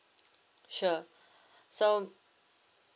sure so